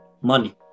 money